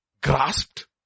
grasped